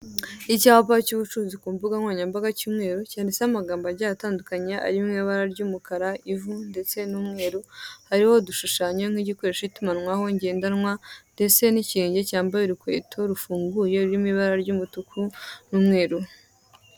Icyapa cy'ubucuruzi ku mbuga nkoranyambaga cy'umweru cyanditseho amagambo agiye atandukanya ayo mu ibara ry'umukara, ivu ndetse n'umweru hariho udushushanyo nk'igikoresho tw'itumanwaho ngendanwa ndetse n'ikirenge cyambaye urukweto rufunguye ruri mw'ibara ry'umutuku rw'umweru.